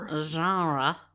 genre